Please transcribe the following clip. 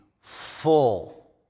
full